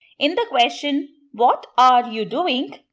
in the question what are you doing,